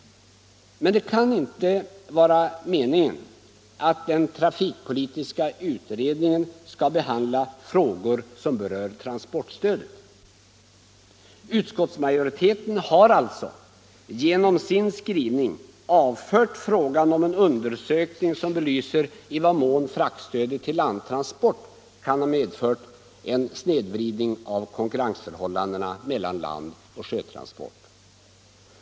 Men det kan inte vara meningen att den trafikpolitiska utredningen skall behandla frågor som rör transportstödet. Utskottsmajoriteten har alltså genom sin skrivning avfört frågan om en undersökning som belyser i vad mån fraktstödet till landtransport kan ha medfört en snedvridning av konkurrensförhållandena mellan landoch sjötransport.